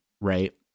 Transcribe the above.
right